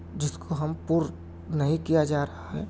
جس کو ہم پُر نہیں کیا جا رہا ہے